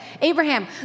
Abraham